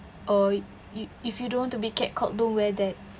or you if you don't want to be catcalled don't wear that